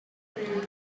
southport